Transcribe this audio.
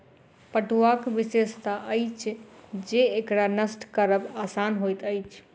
पटुआक विशेषता अछि जे एकरा नष्ट करब आसान होइत अछि